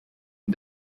and